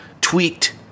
tweaked